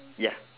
ya